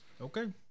Okay